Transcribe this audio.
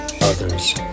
others